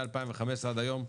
מ-2015 עד היום,